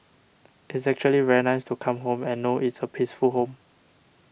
it's actually very nice to come home and know it's a peaceful home